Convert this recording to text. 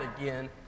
again